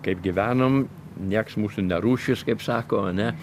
kaip gyvenom nieks mūsų nerūšys kaip sako ane